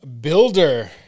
Builder